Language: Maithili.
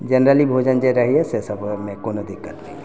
जेनरली भोजन जे रहैए से सभमे कोनो दिक्कत नहि अइ